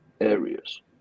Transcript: areas